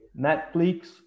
Netflix